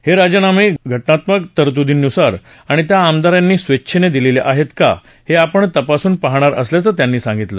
हे राजीनामे घटनात्मक तरतुदींनुसार आणि त्या आमदारांनी स्वच्छेनं दिलेले आहेत का हे आपण तपासून पाहणार असल्याचं त्यांनी सांगितलं